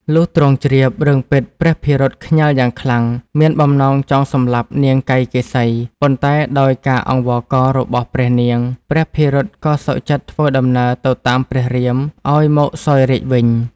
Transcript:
លុះទ្រង់ជ្រាប រឿងពិតព្រះភិរុតខ្ញាល់យ៉ាងខ្លាំង មានបំណងចង់សម្លាប់នាងកៃកេសី ប៉ុន្តែដោយការអង្វករ របស់ព្រះនាង ព្រះភិរុតក៏សុខចិត្តធ្វើដំណើរទៅតាមព្រះរាមឱ្យមកសោយរាជ្យវិញ។